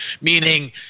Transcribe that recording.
Meaning